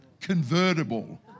convertible